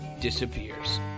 disappears